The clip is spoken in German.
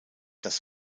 das